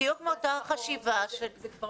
זה לא